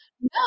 No